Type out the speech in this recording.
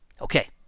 Okay